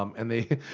um and they.